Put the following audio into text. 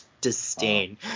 disdain